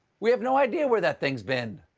we have no idea where that thing's been!